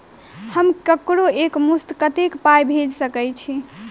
हम ककरो एक मुस्त कत्तेक पाई भेजि सकय छी?